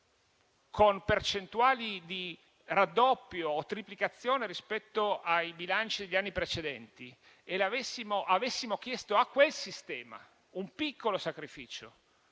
con percentuali di raddoppio o triplicazione rispetto ai bilanci degli anni precedenti, e avessimo chiesto a quel sistema un piccolo sacrificio,